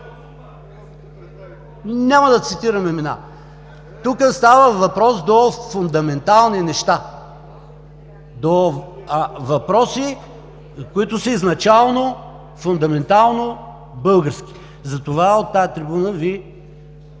Няма да цитирам имена. Тук става въпрос за фундаментални неща, за въпроси, които са изначално фундаментално български. Затова от тази трибуна Ви